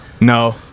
No